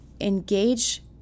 engage